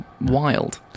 wild